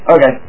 Okay